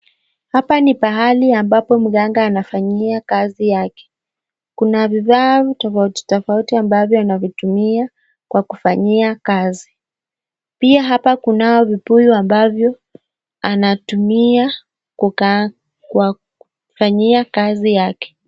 Hapa ni pahali ambapo mganga anafanyia kazi yake. Kuna vifaa tofauti tofauti ambavyo anavyovitumia kwa kufanyia kazi. Pia hapa kunavyo vibuyu ambavyo anavitumia kwa kufanyia kazi yale.